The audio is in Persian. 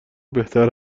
بهتر